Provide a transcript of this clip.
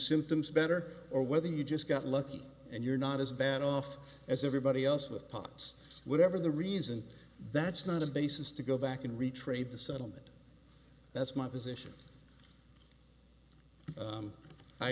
symptoms better or whether you just got lucky and you're not as bad off as everybody else with pots whatever the reason that's not a basis to go back and retrace the settlement that's my position